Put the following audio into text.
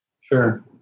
Sure